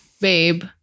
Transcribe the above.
Babe